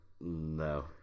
no